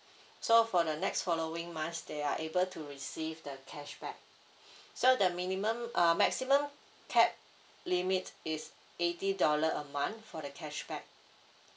so for the next following months they are able to receive the cashback so the minimum uh maximum cap limit is eighty dollar a month for the cashback